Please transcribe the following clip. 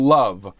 love